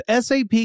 SAP